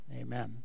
Amen